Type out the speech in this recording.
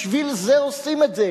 בשביל זה עושים את זה,